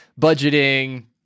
budgeting